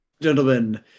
gentlemen